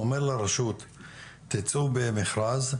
אומר לרשות תצאו במרכז,